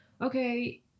okay